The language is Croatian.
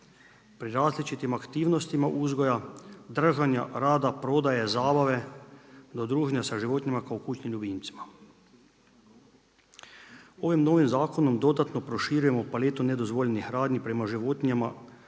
pri različitim aktivnostima uzgoja, držanja, rada, prodaje, zabave do druženja sa životinjama kao kućnim ljubimcima. Ovim novim zakonom dodatno proširujemo paletu nedozvoljenih radnji prema životinjama